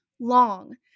long